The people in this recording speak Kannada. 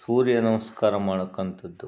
ಸೂರ್ಯ ನಮಸ್ಕಾರ ಮಾಡ್ತಕ್ಕಂಥದ್ದು